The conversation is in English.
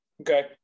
Okay